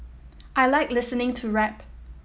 I like listening to rap